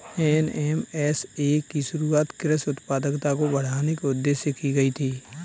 NMSA की शुरुआत कृषि उत्पादकता को बढ़ाने के उदेश्य से की गई थी